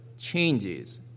changes